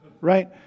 right